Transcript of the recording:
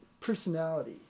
personality